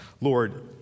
Lord